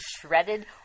shredded